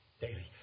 Daily